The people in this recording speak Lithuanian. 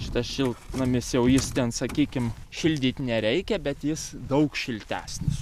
šitas šiltnamis jau jis ten sakykim šildyt nereikia bet jis daug šiltesnis